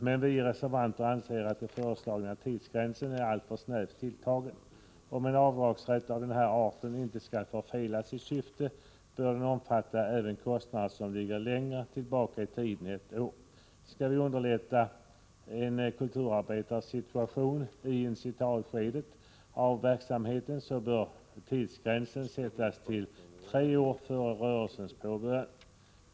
Men vi reservanter anser att den föreslagna tidsgränsen är alltför snävt tilltagen. Om en avdragsrätt av den här arten inte skall förfela sitt syfte, bör den omfatta även kostnader som ligger längre tillbaka i tiden än ett år. Skall vi underlätta en kulturarbetares situation i initialskedet av verksamheten, bör tidsgränsen sättas till tre år före rörelsens påbörjande.